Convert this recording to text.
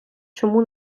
чому